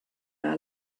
our